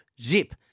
zip